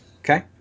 Okay